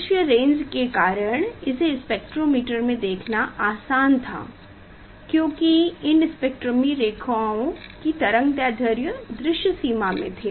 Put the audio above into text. दृश्य रेंज के कारण इसे स्पेक्ट्रोमीटर में देखना आसान था क्योंकि इन स्पेक्ट्रमी रेखाओं की तरंगदैर्ध्य दृश्य सीमा में थे